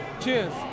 Cheers